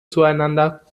zueinander